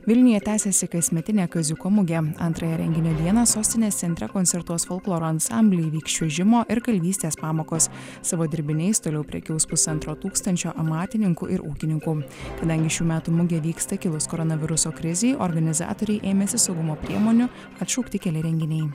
vilniuje tęsiasi kasmetinė kaziuko mugė antrąją renginio dieną sostinės centre koncertuos folkloro ansambliai vyks čiuožimo ir kalvystės pamokos savo dirbiniais toliau prekiaus pusantro tūkstančio amatininkų ir ūkininkų kadangi šių metų mugė vyksta kilus koronaviruso krizei organizatoriai ėmėsi saugumo priemonių atšaukti keli renginiai